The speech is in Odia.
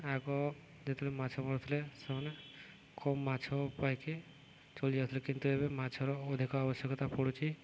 ଆଗ ଯେତେବେଳେ ମାଛ ମାରୁଥିଲେ ସେମାନେ କମ୍ ମାଛ ପାଇକି ଚଳି ଯାଉଥିଲେ କିନ୍ତୁ ଏବେ ମାଛର ଅଧିକ ଆବଶ୍ୟକତା ପଡ଼ୁଛି